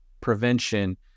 prevention